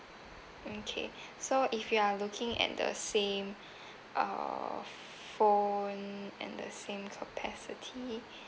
okay so if you are looking at the same uh phone and the same capacity